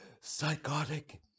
psychotic